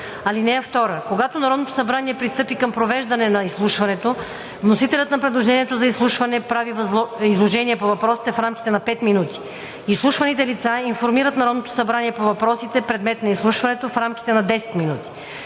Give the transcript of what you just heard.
(2) Когато Народното събрание пристъпи към провеждане на изслушването, вносителят на предложението за изслушване прави изложение на въпросите в рамките на 5 минути. Изслушваните лица информират Народното събрание по въпросите, предмет на изслушването, в рамките на 10 минути.